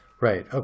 Right